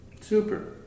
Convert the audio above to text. Super